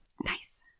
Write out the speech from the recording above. Nice